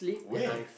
where